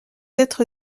être